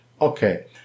Okay